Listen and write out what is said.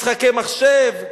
משחקי מחשב,